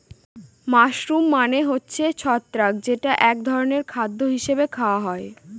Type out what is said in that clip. mushroom মানে হচ্ছে ছত্রাক যেটা এক ধরনের খাদ্য হিসাবে খাওয়া হয়